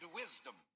wisdom